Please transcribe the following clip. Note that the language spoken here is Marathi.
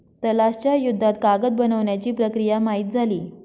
तलाश च्या युद्धात कागद बनवण्याची प्रक्रिया माहित झाली